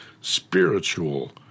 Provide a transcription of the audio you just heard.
spiritual